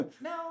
no